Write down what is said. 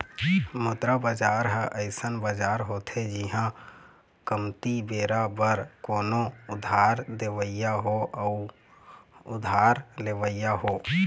मुद्रा बजार ह अइसन बजार होथे जिहाँ कमती बेरा बर कोनो उधार देवइया हो अउ उधार लेवइया हो